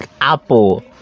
Apple